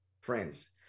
friends